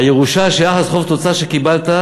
הירושה של יחס חוב תוצר שקיבלת,